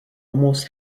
almost